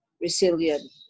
resilient